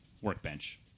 workbench